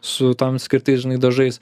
su tam skirtais dažais